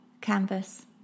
Canvas